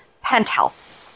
penthouse